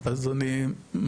אז אני מקשיב,